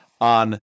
on